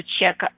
check